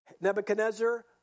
Nebuchadnezzar